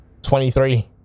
23